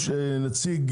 נציג